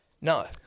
no